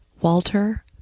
Walter